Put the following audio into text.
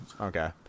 okay